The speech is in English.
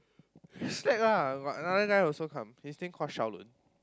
slack ah got another guy also come his name called Shao-Lun